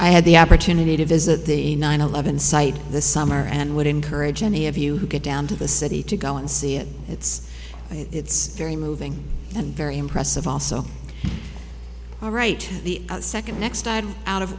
i had the opportunity to visit the nine eleven site this summer and would encourage any of you who get down to the city to go and see it it's it's very moving and very impressive also all right the second next out of